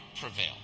prevail